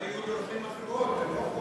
אולי יהיו דרכים אחרות ולא חוק.